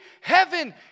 heaven